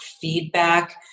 feedback